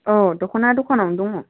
औ दखना दखानावनो दङ